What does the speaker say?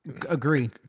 Agree